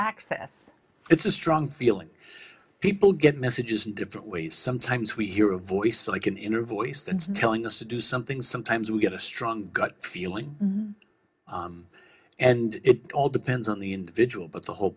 access it's a strong feeling people get messages in different ways sometimes we hear a voice like an inner voice that's telling us to do something sometimes we get a strong gut feeling and it all depends on the individual but the whole